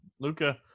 Luca